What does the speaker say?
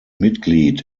mitglied